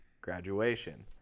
graduation